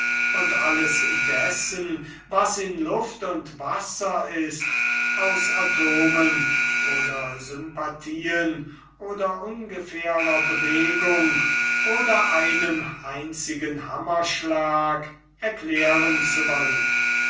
und alles dessen was in luft und wasser ist aus atomen oder sympathien oder ungefährer bewegung oder einem einzigen hammerschlag erklären zu wollen